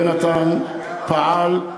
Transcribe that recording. יונתן פעל,